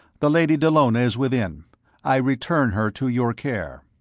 the lady dallona is within i return her to your care.